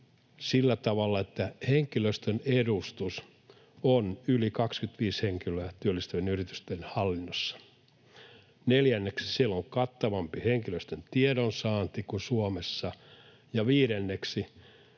sillä tavalla, että henkilöstön edustus on yli 25 henkilöä työllistävien yritysten hallinnossa. Neljänneksi siellä on kattavampi henkilöstön tiedonsaanti kuin Suomessa. Ja viidenneksi